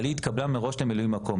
אבל היא התקבלה מראש למשרה של מילוי מקום,